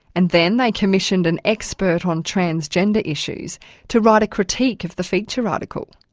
and then they commissioned an expert on transgender issues to write a critique of the feature article.